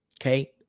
Okay